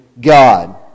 God